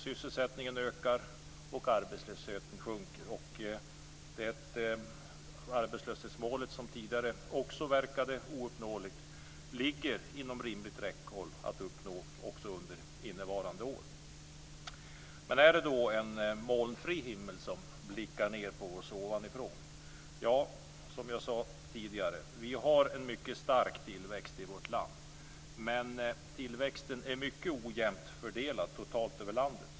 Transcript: Sysselsättningen ökar och arbetslösheten sjunker. Det arbetslöshetsmål som också tidigare verkade ouppnåeligt ligger inom rimligt räckhåll att uppnå under innevarande år. Är det då en molnfri himmel som blickar ned på oss ovanifrån? Ja, som jag sade tidigare har vi en mycket stark tillväxt i vårt land. Men tillväxten är mycket ojämnt fördelad totalt sett över landet.